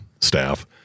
staff